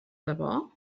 debò